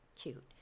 cute